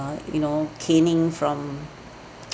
uh you know caning from